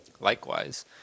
Likewise